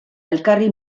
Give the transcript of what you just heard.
elkarri